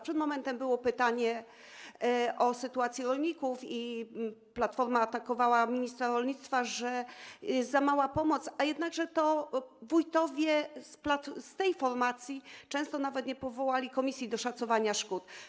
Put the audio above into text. Przed momentem było pytanie o sytuację rolników i Platforma atakowała ministra rolnictwa, że jest za mała pomoc, a to wójtowie z tej formacji często nawet nie powoływali komisji do spraw szacowania szkód.